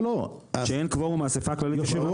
כשאין קוורום האספה הכללית יכולה?